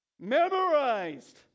memorized